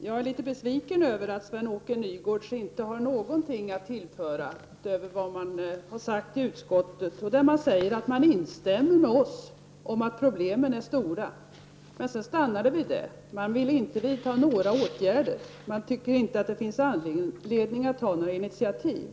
Herr talman! Jag är litet besviken över att Sven-Åke Nygårds inte har något att tillföra utöver vad som har sagts i utskottet. Där säger man att man instämmer med oss reservanter och att problemen är stora. Men det stannar vid detta. Man vill inte vidta några åtgärder, och man tycker inte att det finns anledning att ta några initiativ.